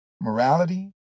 morality